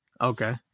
Okay